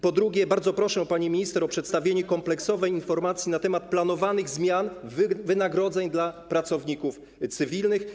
Po drugie, bardzo proszę, pani minister, o przedstawienie kompleksowej informacji na temat planowanych zmian wynagrodzeń dla pracowników cywilnych.